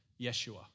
Yeshua